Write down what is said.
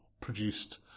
produced